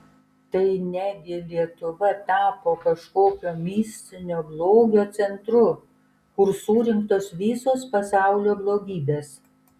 tai ne gi lietuva tapo kažkokio mistinio blogio centru kur surinktos visos pasaulio blogybės